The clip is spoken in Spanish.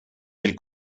del